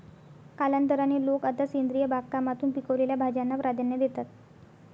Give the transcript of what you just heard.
कालांतराने, लोक आता सेंद्रिय बागकामातून पिकवलेल्या भाज्यांना प्राधान्य देतात